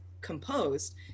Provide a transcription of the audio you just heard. composed